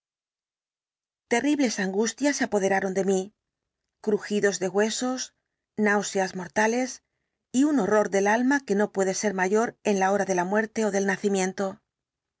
terribles angustias se apoderaron de mí crujidos de huesos náuseas mortales y un horror del alma que no puede ser mayor en la hora de la muerte ó del nacimiento